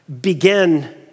begin